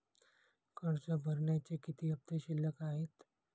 कर्ज भरण्याचे किती हफ्ते शिल्लक आहेत?